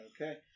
Okay